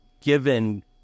given